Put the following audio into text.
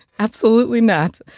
absolutely not.